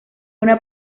una